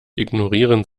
ignorieren